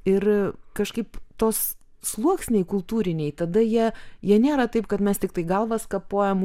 ir kažkaip tos sluoksniai kultūriniai tada jie jie nėra taip kad mes tiktai galvas kapojam